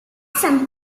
some